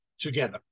together